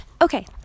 Okay